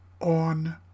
on